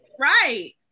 Right